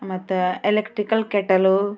ಮತ್ತು electrical kettle